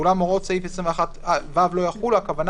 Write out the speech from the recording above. אולם הוראות סעיף 21(ו) לא יחולו והכוונה